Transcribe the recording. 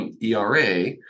ERA